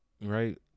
right